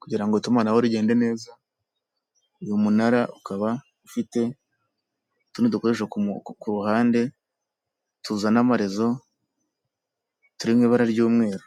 kugira ngo itumanaho rigende neza uyu munara ukaba ufite utundi dukoresho kuruhande tuzana amaherezo turi mw'ibara ry'umweru.